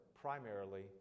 primarily